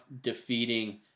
defeating